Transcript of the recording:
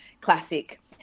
classic